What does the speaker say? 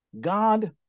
God